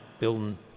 building